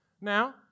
Now